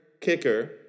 kicker